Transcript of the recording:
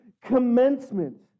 commencement